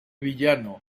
villano